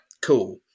cool